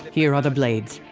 here are the blades,